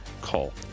call